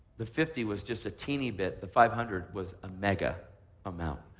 the fifty was just a teeny bit. the five hundred was a mega amount.